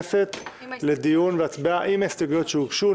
לדיון והצבעה, עם ההסתייגויות שהוגשו.